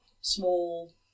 small